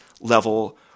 level